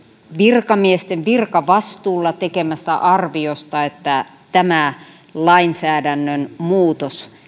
virkamiesten virkavastuulla tekemästä arviosta että tämä lainsäädännön muutos